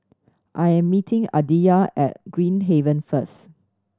I am meeting Aditya at Green Haven first